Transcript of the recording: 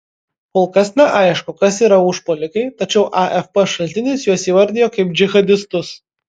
kol kas neaišku kas yra užpuolikai tačiau afp šaltinis juos įvardijo kaip džihadistus